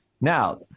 Now